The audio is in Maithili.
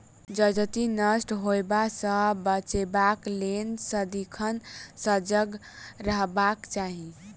जजति नष्ट होयबा सँ बचेबाक लेल सदिखन सजग रहबाक चाही